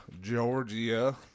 Georgia